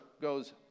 goes